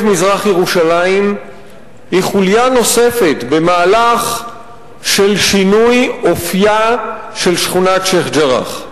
מזרח-ירושלים היא חוליה נוספת במהלך של שינוי אופיה של שכונת שיח'-ג'ראח.